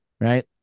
right